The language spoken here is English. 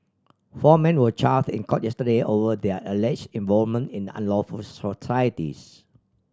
four men were chars in court yesterday over their allege involvement in unlawful societies